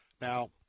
Now